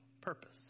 purpose